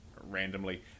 randomly